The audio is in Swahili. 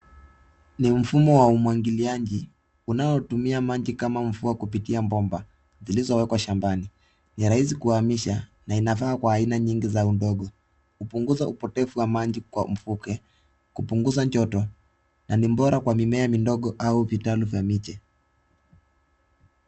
Ni mfumo wa umwagiliaji unatumia maji kama mvua kupitia bomba zilizowekwa shambani, ni rahisi kuhamisha na inafaa kwa aina nyingi za udogo, hupunuza upotevu wa maji kwa mvuke, kupunguza joto, na ni bora kwa mimea midogo au vitalu vya miche.